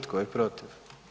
Tko je protiv?